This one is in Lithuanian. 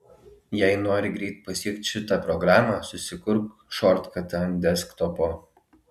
jei nori greit pasiekt šitą programą susikurk šortkatą ant desktopo